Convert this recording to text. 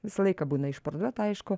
visą laiką būna išparduota aišku